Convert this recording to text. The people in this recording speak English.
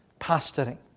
pastoring